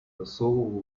посол